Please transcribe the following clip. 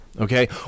Okay